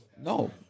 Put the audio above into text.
No